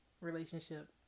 relationship